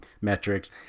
metrics